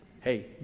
Hey